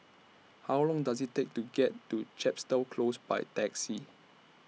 How Long Does IT Take to get to Chepstow Close By Taxi